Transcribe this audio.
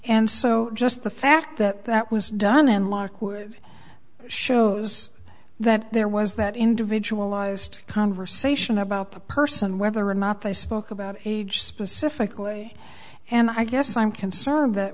and so just the fact that that was done in law shows that there was that individualized conversation about the person whether or not they spoke about age specifically and i guess i'm concerned that